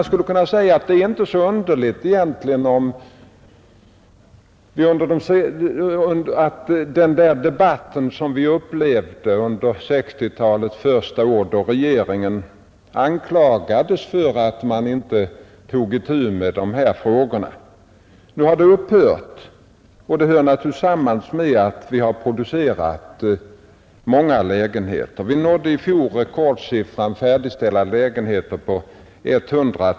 Det är egentligen inte så underligt att den debatt som förekom under 1960 talets första år, då regeringen anklagades för att den inte tog itu med dessa frågor, nu har upphört. Vi nådde i fjol rekordsiffran 110 000 färdigställda lägenheter.